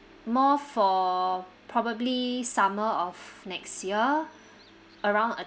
more for probably summer of next year around a